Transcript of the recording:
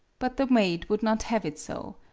but the maid would not have it so.